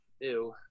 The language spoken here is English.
Ew